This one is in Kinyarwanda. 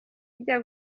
bijya